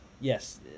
Yes